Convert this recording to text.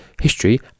history